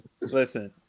Listen